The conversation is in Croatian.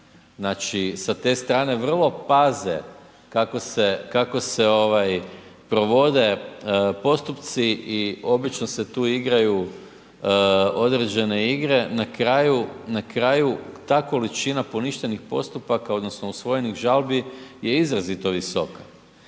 Znači sa te strane vrlo paze kako se provode postupci i obično se tu igraju određene igre. Na kraju ta količina poništenih postupaka odnosno usvojenih žalbi je izrazito visoka